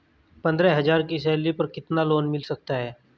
पंद्रह हज़ार की सैलरी पर कितना लोन मिल सकता है?